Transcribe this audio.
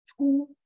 two